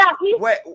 Wait